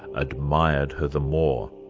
admired her the more.